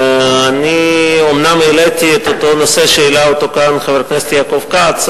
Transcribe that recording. אני אומנם העליתי את אותו נושא שהעלה כאן חבר הכנסת יעקב כץ,